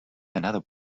another